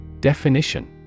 Definition